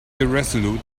irresolute